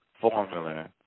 formula